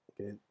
okay